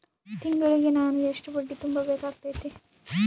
ತಿಂಗಳಿಗೆ ನಾನು ಎಷ್ಟ ಬಡ್ಡಿ ತುಂಬಾ ಬೇಕಾಗತೈತಿ?